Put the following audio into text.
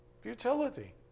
Futility